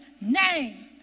name